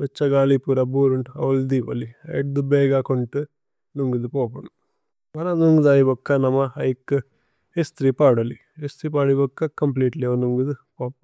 ബേഛ। ഗലി പുര ബുരുന്ദു അവോലേ ദിവലി ഏദ്ദു ബേഗ കുന്തു। നുന്ഗിദു പോപുമ് പര നുന്ഗ് ദൈബക്ക നമ ഹൈക് ഇസ്ത്രി। പദലി ഇസ്ത്രി പദി ബക്ക ചോമ്പ്ലേതേ ലേവേല് നുന്ഗിദു പോപുമ്।